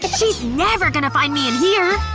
but she's never going to find me in here!